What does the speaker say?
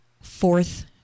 fourth